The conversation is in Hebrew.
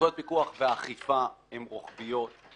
סמכויות פיקוח והאכיפה הן רוחביות.